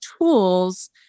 tools